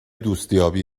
دوستیابی